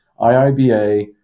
IIBA